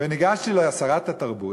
ניגשתי לשרת התרבות,